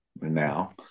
now